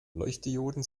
leuchtdioden